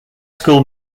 school